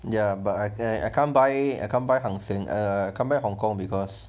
ya but I I can't buy I can't by Hang Seng uh I can't buy hong kong because